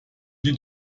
die